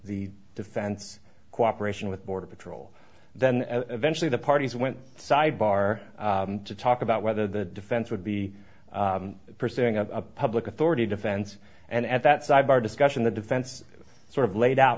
the defense cooperation with border patrol then eventually the parties went sidebar to talk about whether the defense would be pursuing a public authority defense and at that sidebar discussion the defense sort of laid out